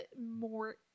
more